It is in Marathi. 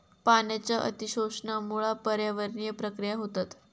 पाण्याच्या अती शोषणामुळा पर्यावरणीय प्रक्रिया होतत